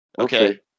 okay